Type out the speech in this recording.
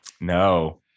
No